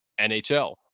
NHL